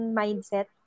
mindset